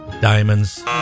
Diamonds